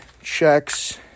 checks